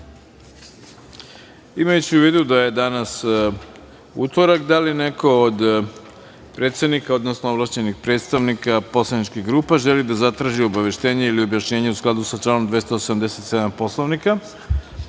u vidu da je danas utorak, da li neko od predsednika, odnosno ovlašćenih predstavnika poslaničkih grupa želi da zatraži obaveštenje ili objašnjenje, u skladu sa članom 287. Poslovnika?